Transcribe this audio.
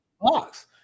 box